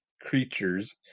creatures